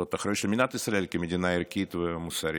זאת אחריות של מדינת ישראל כמדינה ערכית ומוסרית.